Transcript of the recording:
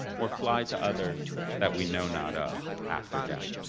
or fly to others that we know not of after death?